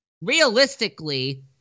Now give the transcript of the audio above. realistically